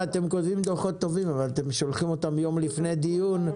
אתם כותבים דו"חות טובים אבל אתם שולחים אותם יום לפני דיון,